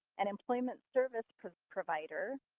an employment service provider,